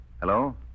Hello